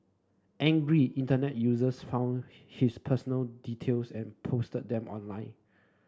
angry Internet users found his personal details and posted them online